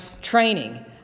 training